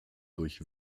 durch